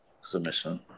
submission